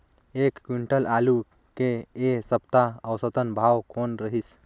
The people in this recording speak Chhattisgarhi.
एक क्विंटल आलू के ऐ सप्ता औसतन भाव कौन रहिस?